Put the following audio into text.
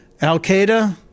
al-qaeda